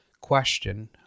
question